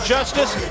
Justice